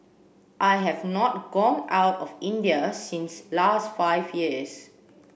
I have not gone out of India since last five years